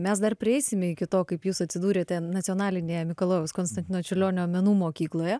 mes dar prieisime iki to kaip jūs atsidūrėte nacionalinėje mikalojaus konstantino čiurlionio menų mokykloje